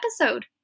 episode